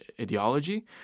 ideology